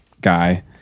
guy